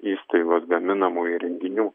įstaigos gaminamų įrenginių